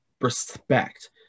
respect